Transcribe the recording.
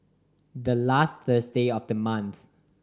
the last Thursday of the month